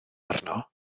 arno